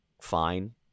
fine